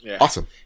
awesome